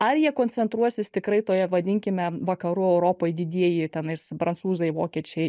ar jie koncentruosis tikrai toje vadinkime vakarų europoj didieji tenais prancūzai vokiečiai